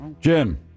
Jim